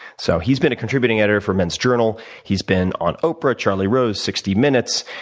so he's been a contributing editor for men's journal he's been on oprah, charlie rose, sixty minutes,